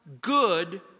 good